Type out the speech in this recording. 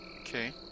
Okay